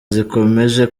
zikomeje